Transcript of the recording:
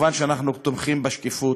שמובן שאנחנו תומכים בשקיפות,